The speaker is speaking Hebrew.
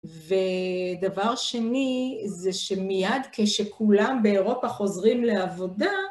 ודבר שני זה שמיד כשכולם באירופה חוזרים לעבודה